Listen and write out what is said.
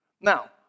Now